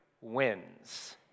wins